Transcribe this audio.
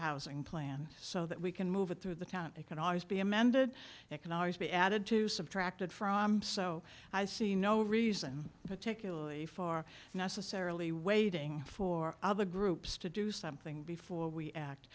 housing plan so that we can move it through the town it can always be amended it can always be added to subtracted from so i see no reason particularly for necessarily waiting for other groups to do something before we act